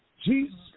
Jesus